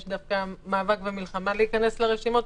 יש דווקא מאבק ומלחמה להיכנס לרשימות,